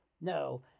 No